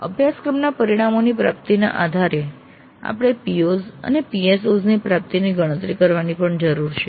અભ્યાસક્રમના પરિણામોની પ્રાપ્તિના આધારે આપણે POs અને PSO ની પ્રાપ્તિની ગણતરી કરવાની પણ જરૂર છે